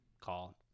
call